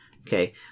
Okay